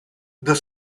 the